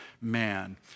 man